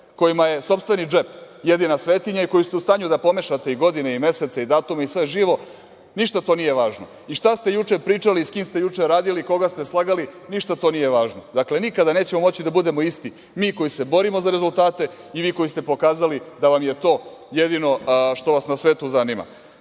kojima je sopstveni džep jedina svetinja i koji ste u stanju da pomešate i godine i mesece i datume i sve živo, ništa to nije važno. I šta ste juče pričali i s kim ste juče radili i koga ste slagali, ništa to nije važno. Dakle, nikada nećemo moći da budemo isti, mi koji se borimo za rezultate i vi koji ste pokazali da vam je to jedino što vas na svetu zanima. Na